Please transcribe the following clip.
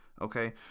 Okay